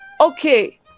Okay